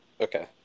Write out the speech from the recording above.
Okay